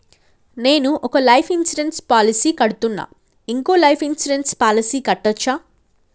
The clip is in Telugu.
నేను ఒక లైఫ్ ఇన్సూరెన్స్ పాలసీ కడ్తున్నా, ఇంకో లైఫ్ ఇన్సూరెన్స్ పాలసీ కట్టొచ్చా?